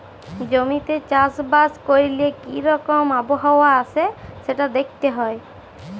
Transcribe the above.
জমিতে চাষ বাস ক্যরলে কি রকম আবহাওয়া আসে সেটা দ্যাখতে হ্যয়